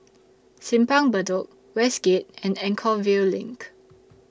Simpang Bedok Westgate and Anchorvale LINK